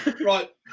Right